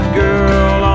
girl